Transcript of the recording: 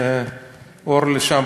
אורלי שם,